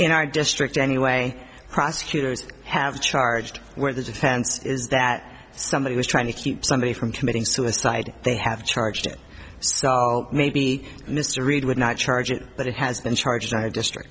in our district anyway prosecutors have charged where the defense is that somebody was trying to keep somebody from committing suicide they have charged it so maybe mr reed would not charge it but it has been charged our district